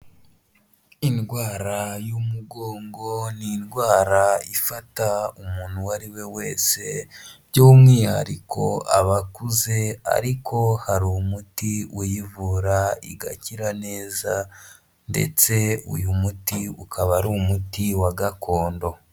Indwara y'umugongo ni indwara ifata umuntu uwo ari we wese, by'umwihariko abakuze ariko hari umuti uyivura igakira neza ndetse uyu muti ukaba ari umuti wa gakondo.